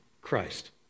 Christ